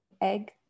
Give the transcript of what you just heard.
egg